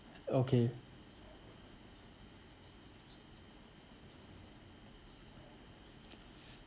okay